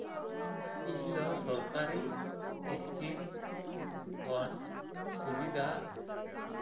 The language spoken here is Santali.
ᱤᱧ ᱫᱚ ᱥᱚᱨᱠᱟᱨᱤ ᱤᱥᱠᱤᱢ ᱠᱷᱚᱱ ᱥᱩᱵᱤᱫᱟ